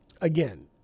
again